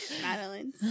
Madeline